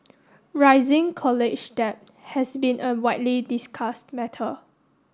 rising college debt has been a widely discussed matter